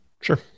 Sure